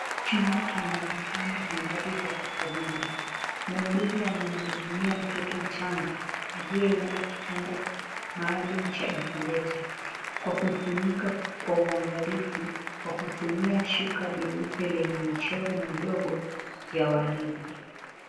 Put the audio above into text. Chumba kina vifaa mbalimbali vya kitabibu. Muuguzi anamhudumia mtoto mchanga, aliyelala kitandani maalum cha incubator , kwa kumfunika kwa uangalifu kwa kutumia shuka jeupe lenye michoro midogo ya waridi.